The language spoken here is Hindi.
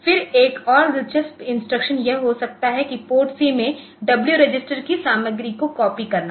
फिर एक और दिलचस्प इंस्ट्रक्शन यह हो सकता है कि PORTC में W रजिस्टर की सामग्री को कॉपी करना